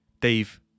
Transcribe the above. Dave